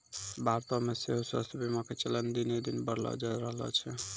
भारतो मे सेहो स्वास्थ्य बीमा के चलन दिने दिन बढ़ले जाय रहलो छै